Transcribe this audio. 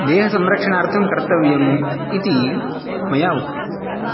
देहसंरक्षणार्थं कर्तव्यम् इति मया उक्तम्